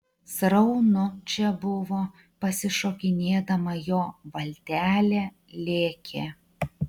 sraunu čia buvo pasišokinėdama jo valtelė lėkė